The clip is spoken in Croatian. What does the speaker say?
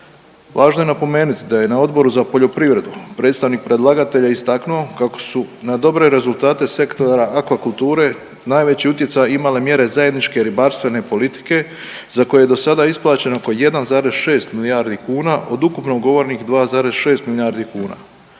Važno je napomenuti da je Odbor za poljoprivredu predstavnik predlagatelja istaknuo kako su na dobre rezultate sektora akvakulture najveći utjecaj imale mjere Zajedničke ribarstvene politike za koje je do sada isplaćeno oko 1,6 milijardi kuna od ukupno ugovorenih 2,6 milijardi kuna.